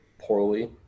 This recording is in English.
poorly